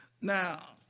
Now